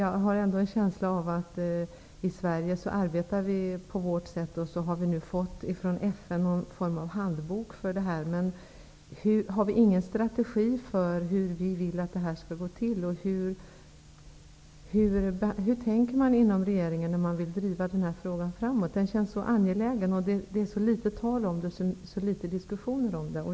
Jag har en känsla av att vi i Sverige arbetar på vårt sätt, samtidigt som FN har gett ut någon sorts handbok. Men har vi ingen strategi för hur det hela skall gå till? Hur tänker man inom regeringen driva denna fråga framåt? Frågan känns så angelägen, men det är så litet diskussion kring den.